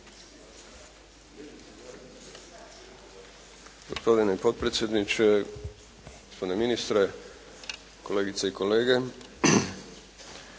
svaka vam